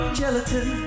gelatin